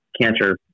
cancer